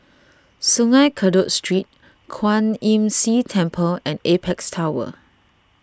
Sungei Kadut Street Kwan Imm See Temple and Apex Tower